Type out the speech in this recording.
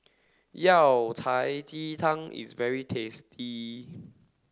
Yao Cai Ji Tang is very tasty